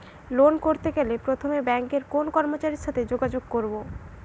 Loan করতে গেলে প্রথমে ব্যাঙ্কের কোন কর্মচারীর সাথে যোগাযোগ করব?